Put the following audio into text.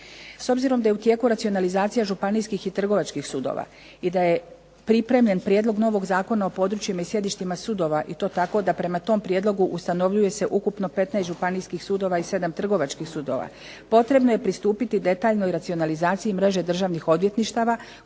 S obzirom da je u tijeku racionalizacija županijskih i trgovačkih sudova i da je pripremljen Prijedlog novog Zakona o područjima i sjedištima sudova i to tako da prema tom prijedlogu ustanovljuje se ukupno 15 županijskih sudova i 7 trgovačkih sudova potrebno je pristupiti detaljnoj racionalizaciji mreže državnih odvjetništava